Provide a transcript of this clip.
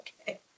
okay